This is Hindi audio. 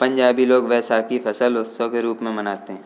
पंजाबी लोग वैशाखी फसल उत्सव के रूप में मनाते हैं